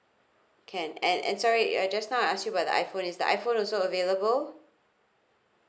can and and sorry uh just now I ask you about the iphone is the iphone also available